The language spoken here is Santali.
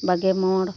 ᱵᱟᱜᱮ ᱢᱚᱬ